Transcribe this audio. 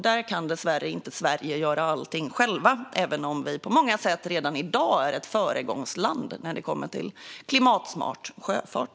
Där kan dessvärre inte Sverige göra allting självt, även om vi på många sätt redan i dag är ett föregångsland när det kommer till klimatsmart sjöfart.